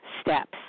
steps